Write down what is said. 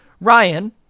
Ryan